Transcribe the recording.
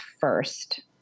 first